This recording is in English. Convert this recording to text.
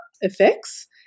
effects